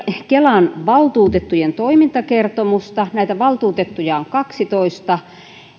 kelan valtuutettujen toimintakertomusta näitä valtuutettuja on kaksitoista